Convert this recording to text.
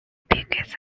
biggest